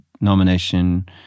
nomination